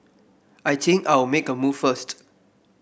I think I'll make a move first